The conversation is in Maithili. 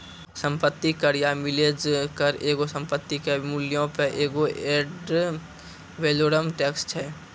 सम्पति कर या मिलेज कर एगो संपत्ति के मूल्यो पे एगो एड वैलोरम टैक्स छै